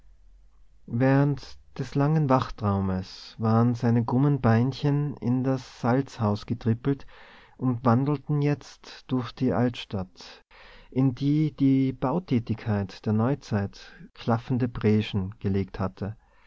während des langen wachtraumes waren seine krummen beinchen in das salzhaus getrippelt und wandelten jetzt durch die altstadt in die die bautätigkeit der neuzeit klaffende breschen gelegt hatte